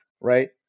right